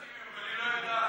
כן מסכימים, אבל היא לא יודעת.